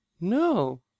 No